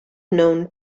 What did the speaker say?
known